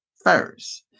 first